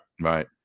Right